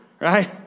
right